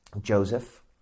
Joseph